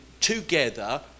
together